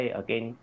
again